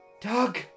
Doug